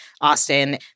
Austin